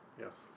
Yes